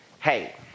hey